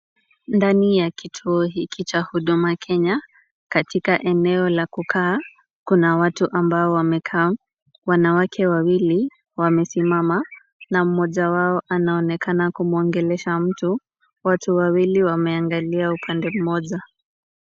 Ndani ya kituo hiki cha huduma Kenya, katika eneo la kukaa, kuna watu ambao wamekaa. Wanawake wawili, wamesimama, na moja wao anaonekana kumwongelesha mtu. Watu wawili wameangalia upande moja.